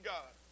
God